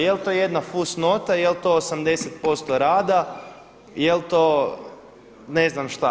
Jel' to jedna fusnota, jel' to 80% rada, jel' to ne znam što.